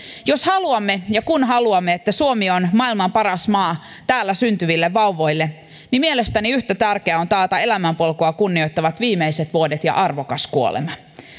jos haluamme ja kun haluamme että suomi on maailman paras maa täällä syntyville vauvoille niin mielestäni yhtä tärkeää on taata elämänpolkua kunnioittavat viimeiset vuodet ja arvokas kuolema